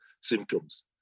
symptoms